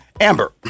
Amber